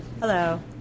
hello